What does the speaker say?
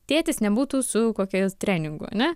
tėtis nebūtų su kokiais treningu ane